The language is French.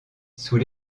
sous